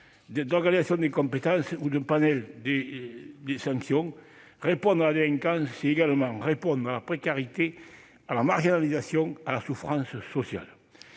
d'organisation des compétences ou de panel des sanctions. Répondre à la délinquance, c'est également répondre à la précarité, à la marginalisation, à la souffrance sociale.